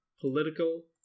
political